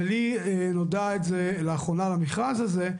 ולי נודע את זה לאחרונה במכרז הזה.